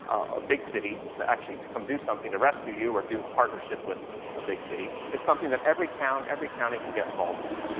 a big city to actually to come do something to rescue you, or do partnership with a big city. it's something that every town, every county can get involved with.